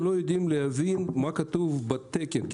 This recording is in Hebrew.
ולא יודעים להבין מה כתוב בתקן.